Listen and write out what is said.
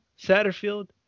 Satterfield